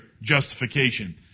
justification